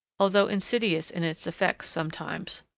although insidious in its effects sometimes.